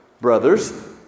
Brothers